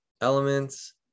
elements